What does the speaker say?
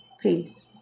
peace